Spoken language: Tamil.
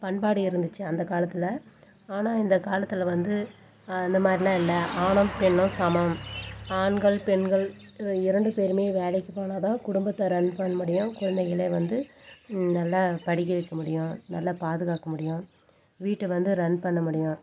பண்பாடு இருந்துச்சு அந்த காலத்தில் ஆனால் இந்த காலத்தில் வந்து இந்த மாதிரிலாம் இல்லை ஆணும் பெண்ணும் சமம் ஆண்கள் பெண்கள் இரண்டு பேரும் வேலைக்கு போனால்தான் குடும்பத்தை ரன் பண்ண முடியும் குழந்தைகளை வந்து நல்லா படிக்க வைக்க முடியும் நல்லா பாதுகாக்க முடியும் வீட்டை வந்து ரன் பண்ண முடியும்